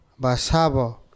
basabo